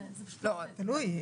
תלוי.